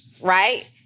Right